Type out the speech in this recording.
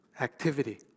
activity